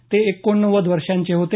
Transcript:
ते एकोणनव्वद वर्षांचे होते